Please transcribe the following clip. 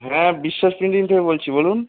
হ্যাঁ বিশ্বাস প্রিন্টিং থেকে বলছি বলুন